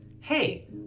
hey